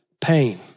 pain